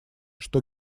что